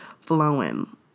flowing